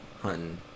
hunting